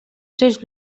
tres